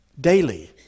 daily